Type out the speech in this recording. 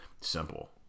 simple